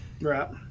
Right